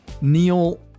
Neil